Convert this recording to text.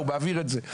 הוא מעביר את זה.